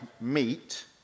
meet